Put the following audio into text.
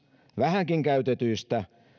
vähänkin käytetyistä